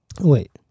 Wait